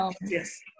yes